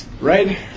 right